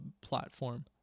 platform